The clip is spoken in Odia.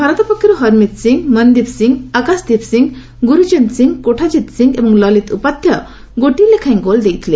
ଭାରତ ପକ୍ଷରୁ ହରମିତ୍ ସିଂ ମନଦୀପ ସିଂ ଆକାଶଦୀପ ସିଂ ଗୁରୁଜନ୍ତ ସିଂ କୋଠାଜିତ୍ ସିଂ ଏବଂ ଲଲିତ ଉପାଧ୍ୟାୟ ଗୋଟିଏ ଲେଖାଏଁ ଗୋଲ ଦେଇଥିଲେ